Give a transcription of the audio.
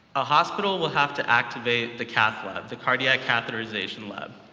a hospital will have to activate the cath lab, the cardiac-catheterization lab.